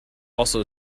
also